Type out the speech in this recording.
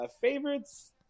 favorites